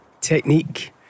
technique